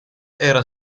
era